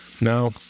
Now